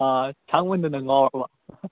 ꯑꯥ ꯁꯥꯡꯃꯟꯗꯅ ꯉꯥꯎꯔꯕ